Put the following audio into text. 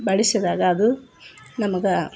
ಬಡಿಸಿದಾಗ ಅದು ನಮ್ಗೆ